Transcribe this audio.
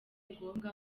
ngombwa